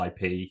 IP